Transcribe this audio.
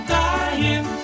dying